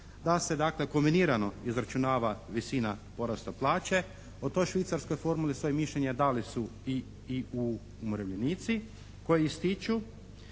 da se dakle kombinirano izračunava visina porasta plaće, o toj švicarskoj formuli svoje mišljenje dali su i umirovljenici koji ističu